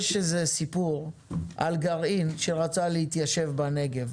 יש איזה סיפור על גרעין שרצה להתיישב בנגב.